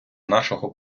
нашого